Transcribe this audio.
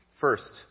First